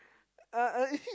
uh uh